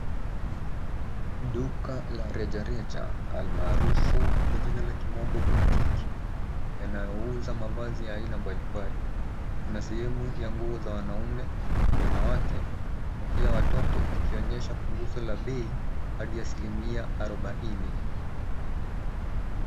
Duka la rejareja, almaarufu kwa jina la kimombo boutique yanayouza mavazi ya aina mbalimbali. Kuna sehemu ya nguo za wanaume, wanawake na pia watoto zikionyesha punguzo la bei hadi asilimia 40.